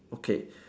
okay